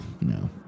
No